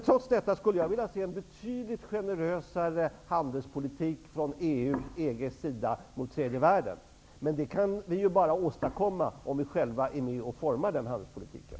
Trots detta skulle jag vilja se en betydligt generösare handelspolitik från EU/EG:s sida mot tredje världen. Det kan vi dock bara åstadkomma om vi själva är med och formar den handelspolitiken.